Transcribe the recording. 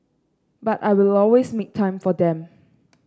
but I will always make time for them